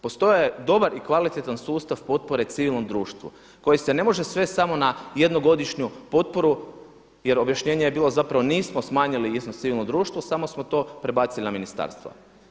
Postojao je dobar i kvalitetan sustav potpore civilnom društvu koji se ne može svesti samo na jednogodišnju potporu jer objašnjenje je bilo nismo smanjili iznos civilnom društvu samo smo to prebacili na ministarstva.